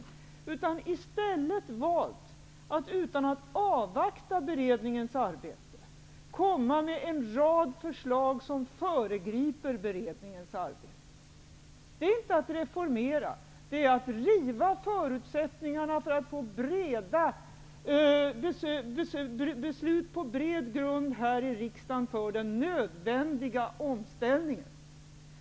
I stäl let har den valt att, utan att avvakta beredningens arbete, komma med en rad förslag som föregriper detta arbete. Detta är inte att reformera -- det är att rasera förutsättningarna för beslut på bred grund här i riksdagen om den nödvändiga omställningen.